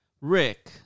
Rick